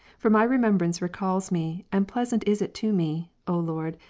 for my remembrance recalls me, and pleasant is it to me, o lord,